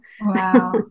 Wow